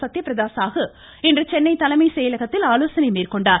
சத்திய பிரத சாகு இன்று சென்னை தலைமை செயலகத்தில் ஆலோசனை மேற்கொண்டார்